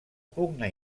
pugna